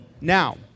Now